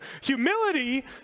Humility